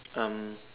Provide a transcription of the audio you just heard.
um